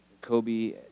Kobe